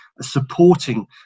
supporting